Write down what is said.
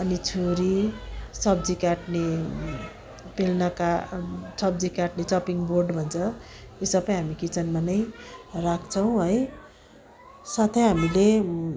अनि छुरी सब्जी काट्ने पल्लाका सब्जी काट्ने चपिङ बोर्ड भन्छ यो सबै हामी किचनमा नै राख्छौँ है साथै हामीले